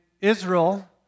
Israel